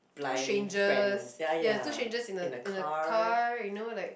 two strangers ya two strangers in the in the car you know like